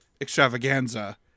extravaganza